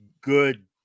good